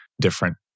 different